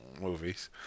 movies